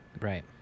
Right